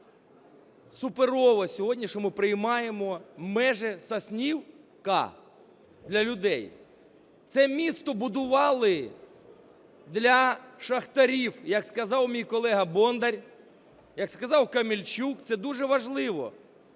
суперово сьогодні, що ми приймаємо межі Соснівки для людей. Це місто будували для шахтарів, як сказав мій колега Бондар, як сказав Камельчук. Це дуже важливо.